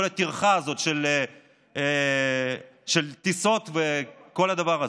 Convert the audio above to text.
הטרחה הזאת של טיסות ואת כל הדבר הזה.